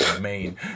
main